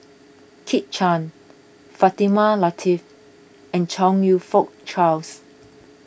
Kit Chan Fatimah Lateef and Chong You Fook Charles